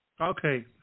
Okay